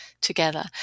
together